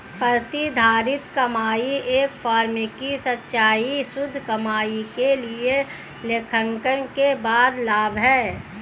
प्रतिधारित कमाई एक फर्म की संचयी शुद्ध कमाई के लिए लेखांकन के बाद लाभ है